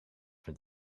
met